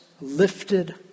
lifted